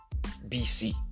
BC